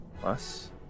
plus